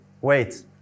wait